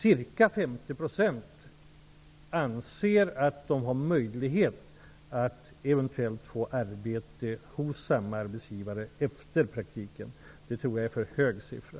Ca 50 % anser att de har möjlighet att eventuellt få arbete hos samma arbetsgivare efter praktiken. Men det tror jag är en för hög siffra.